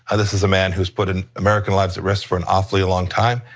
and this is a man who's putting american lives at risk for an awfully long time.